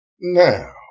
now